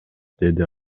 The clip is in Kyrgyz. деди